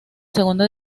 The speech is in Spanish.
segunda